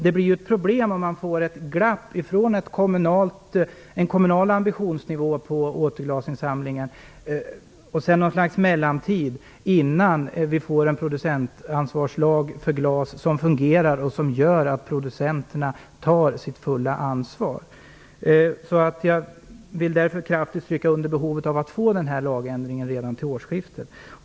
Det blir ju problem om man får ett glapp mellan en kommunal ambitionsnivå när det gäller återvinningsglasinsamlingen och sedan något slags mellantid innan det införs en producentansvarighetslag för glas som fungerar och som gör att producenterna tar sitt fulla ansvar. Jag vill alltså kraftigt understryka behovet av att denna lagändring skall genomföras redan vid årsskiftet.